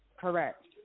Correct